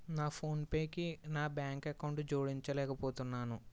నా ఫోన్పేకి నా బ్యాంక్ అకౌంటు జోడించలేకపోతున్నాను